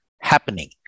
happening